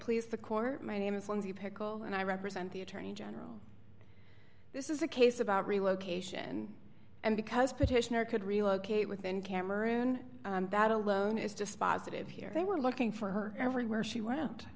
please the court my name is on the pickle and i represent the attorney general this is a case about relocation and because petitioner could relocate within cameroon that alone is dispositive here they were looking for her everywhere she went